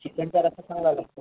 चिकनचा रस्सा चांगला लागतो